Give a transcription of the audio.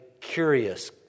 curious